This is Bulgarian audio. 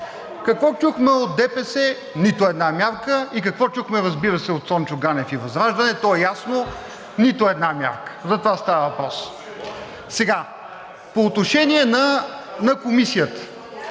Какво чухме от ДПС? Нито една мярка! И така, какво чухме, разбира се, от Цончо Ганев и ВЪЗРАЖДАНЕ? То е ясно – нито една мярка! За това става въпрос. Сега, по отношение на Комисията.